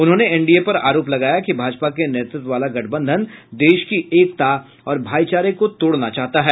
उन्होंने एनडीए पर आरोप लगाया कि भाजपा के नेतृत्व वाला गठबंधन देश की एकता और भाईचारे को तोड़ना चाहता है